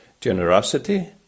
generosity